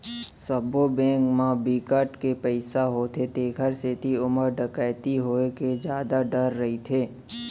सबो बेंक म बिकट के पइसा होथे तेखर सेती ओमा डकैती होए के जादा डर रहिथे